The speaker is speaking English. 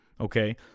okay